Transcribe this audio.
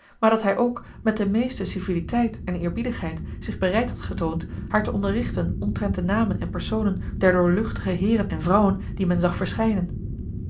maar dat hij ook met de meeste civiliteit en eerbiedigheid zich bereid had getoond haar te onderrichten omtrent de namen en personen der doorluchtige heeren en vrouwen die men zag verschijnen